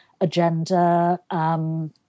agenda